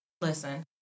listen